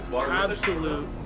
Absolute